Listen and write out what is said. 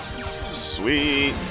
Sweet